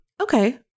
Okay